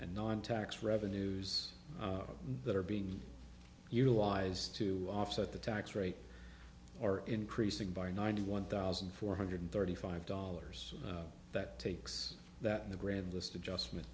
and non tax revenues that are being utilized to offset the tax rate are increasing by ninety one thousand four hundred thirty five dollars that takes that in the grandest adjustment